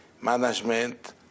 management